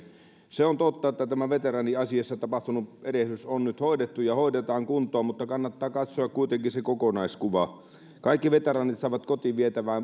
se on totta että tämä veteraaniasiassa tapahtunut erehdys on nyt hoidettu ja hoidetaan kuntoon mutta kannattaa katsoa kuitenkin se kokonaiskuva kaikki veteraanit saavat kotiin